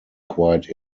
quite